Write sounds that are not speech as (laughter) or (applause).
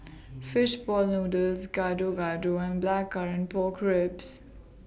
(noise) Fish Ball Noodles Gado Gado and Blackcurrant Pork Ribs